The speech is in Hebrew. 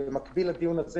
במקביל לדיון הזה,